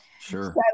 Sure